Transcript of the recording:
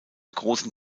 großen